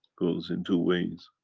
goes in two ways.